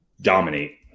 dominate